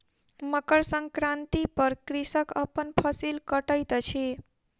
मकर संक्रांति पर कृषक अपन फसिल कटैत अछि